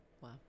wow